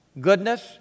goodness